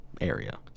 area